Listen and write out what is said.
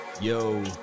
Yo